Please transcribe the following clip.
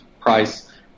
price